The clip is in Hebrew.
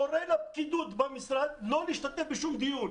מורה לפקידות במשרד לא להשתתף בשום דיון.